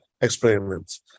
experiments